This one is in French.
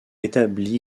établi